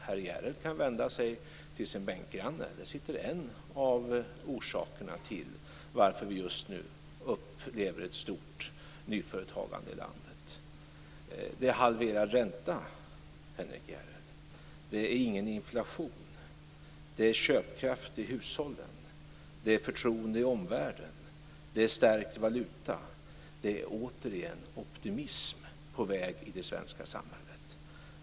Herr Järrel kan vända sig till sin bänkgranne, som är en av orsakerna till att vi just nu upplever ett stort nyföretagande i landet. Räntan har halverats, Henrik Järrel. Vi har ingen inflation. Det är köpkraft i hushållen. Vi har förtroende i omvärlden. Vår valuta har stärkts. Det är återigen optimism på väg i det svenska samhället.